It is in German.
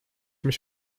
mich